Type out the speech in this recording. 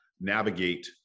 navigate